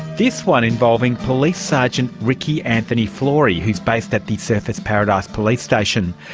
this one involving police sergeant ricky anthony flori, who is based at the surfers paradise police station.